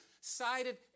cited